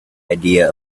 idea